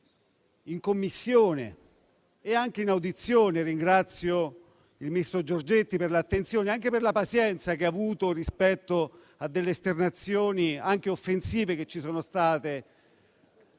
in Commissione e anche in audizione. Ringrazio il ministro Giorgetti per l'attenzione ed anche per la pazienza che ha avuto rispetto a esternazioni offensive che ci sono state